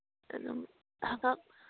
ꯑꯗꯨꯝ ꯍꯪꯉꯛ